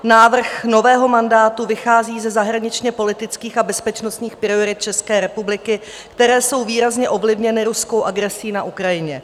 Návrh nového mandátu vychází ze zahraničněpolitických a bezpečnostních priorit České republiky, které jsou výrazně ovlivněny ruskou agresí na Ukrajině.